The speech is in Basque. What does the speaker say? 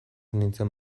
nintzen